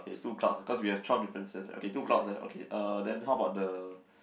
okay two clouds cause we have twelve differences okay two clouds ah okay uh then how about the